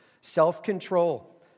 Self-control